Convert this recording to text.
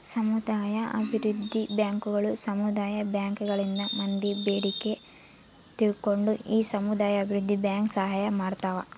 ಸಮುದಾಯ ಅಭಿವೃದ್ಧಿ ಬ್ಯಾಂಕುಗಳು ಸಮುದಾಯ ಬ್ಯಾಂಕ್ ಗಳಿಂದ ಮಂದಿ ಬೇಡಿಕೆ ತಿಳ್ಕೊಂಡು ಈ ಸಮುದಾಯ ಅಭಿವೃದ್ಧಿ ಬ್ಯಾಂಕ್ ಸಹಾಯ ಮಾಡ್ತಾವ